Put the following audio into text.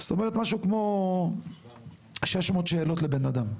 זאת אומרת משהו כמו 600 שאלות לבן אדם.